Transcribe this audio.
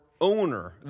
owner